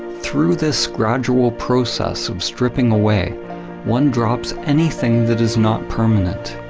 through this gradual process of stripping away one drops anything that is not permanent,